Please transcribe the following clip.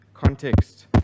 Context